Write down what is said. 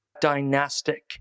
dynastic